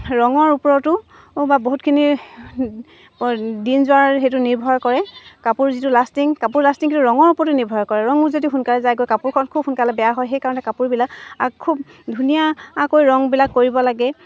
ৰঙৰ ওপৰতো বা বহুতখিনি দিন যোৱাৰ সেইটো নিৰ্ভৰ কৰে কাপোৰ যিটো লাষ্টিং কাপোৰ লাষ্টিংটো ৰঙৰ ওপৰতো নিৰ্ভৰ কৰে ৰঙো যদি সোনকালে যায়গৈ কাপোৰখন খুব সোনকালে বেয়া হয় সেইকাৰণে কাপোৰবিলাক খুব ধুনীয়াকৈ ৰংবিলাক কৰিব লাগে